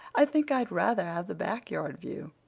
i think i'd rather have the back yard view.